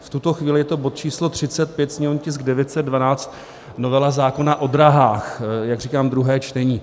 V tuto chvíli je to bod číslo 35, sněmovní tisk 912, novela zákona o dráhách, jak říkám, druhé čtení.